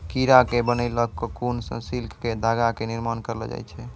कीड़ा के बनैलो ककून सॅ सिल्क के धागा के निर्माण करलो जाय छै